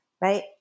right